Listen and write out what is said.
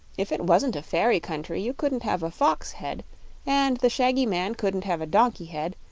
if it wasn't a fairy country you couldn't have a fox head and the shaggy man couldn't have a donkey head,